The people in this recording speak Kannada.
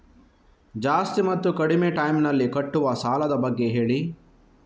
ಜಾಸ್ತಿ ಮತ್ತು ಕಡಿಮೆ ಟೈಮ್ ನಲ್ಲಿ ಕಟ್ಟುವ ಸಾಲದ ಬಗ್ಗೆ ಹೇಳಿ